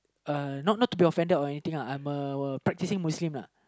uh not not to be offended or anythinguhI'm a practicing Muslim uh